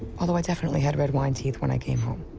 although i definitely had red wine teeth when i came home.